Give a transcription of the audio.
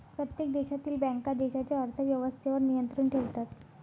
प्रत्येक देशातील बँका देशाच्या अर्थ व्यवस्थेवर नियंत्रण ठेवतात